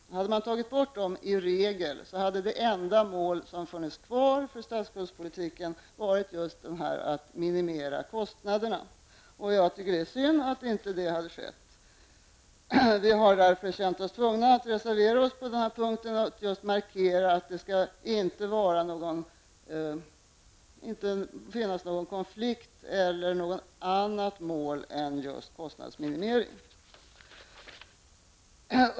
Hade man tagit bort ''i regel'' hade det enda mål som funnits kvar för statsskuldspolitiken varit just detta att minimera kostnaderna. Det är synd att det inte blivit så. Vi har därför känt oss tvungna att reservera oss på denna punkt och markera att det inte får finnas någon konflikt eller något annat mål än just kostnadsminimering.